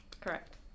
Correct